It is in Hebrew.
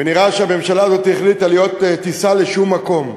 ונראה שהממשלה הזאת החליטה להיות טיסה לשום מקום.